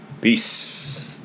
Peace